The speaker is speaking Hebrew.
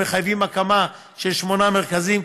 המחייבות הקמה של שמונה מרכזים.